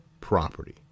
property